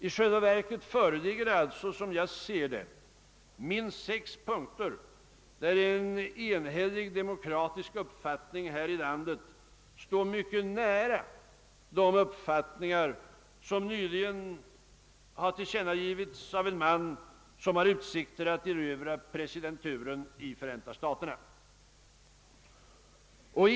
I själva verket föreligger det alliså, såsom jag ser det, minst sex punkter där en enhällig demokratisk uppfattning i vårt land står mycket nära de meningar, som nyligen har tillkännagivits av en man vilken har utsikter att erövra presidenturen i Förenta staterna.